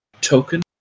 token